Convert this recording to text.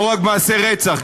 לא רק מעשי רצח,